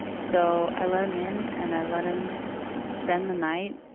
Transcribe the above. so i let him in. and i let him spend the night